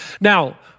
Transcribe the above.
Now